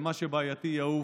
ומה שבעייתי, יעוף.